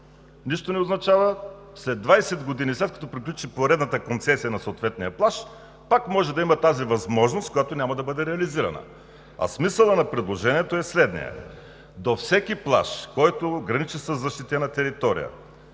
Нищо не означава! След 20 години, след като приключи поредната концесия на съответния плаж, пак може да има тази възможност, която няма да бъде реализирана. А смисълът на предложението е следният: до всеки плаж, който граничи със защитена територия,